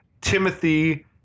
Timothy